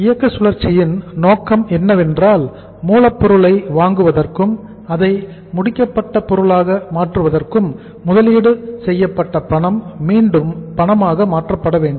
இயக்க சுழற்சியின் நோக்கம் என்னவென்றால் மூலப்பொருளை வாங்குவதற்கும் அதை முடிக்கப்பட்ட பொருளாக மாற்றுவதற்கும் முதலீடு செய்யப்பட்ட பணம் மீண்டும் பணமாக மாற்றப்பட வேண்டும்